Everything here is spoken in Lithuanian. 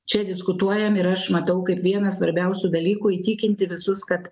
čia diskutuojam ir aš matau kaip vieną svarbiausių dalykų įtikinti visus kad